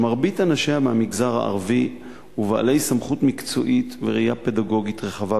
שמרבית אנשיה מהמגזר הערבי ובעלי סמכות מקצועית וראייה פדגוגית רחבה,